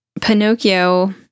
Pinocchio